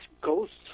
ghosts